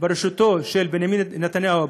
בראשותו של בנימין נתניהו,